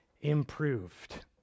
improved